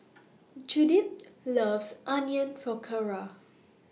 Judith loves Onion Pakora